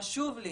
חשוב לי